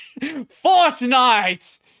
Fortnite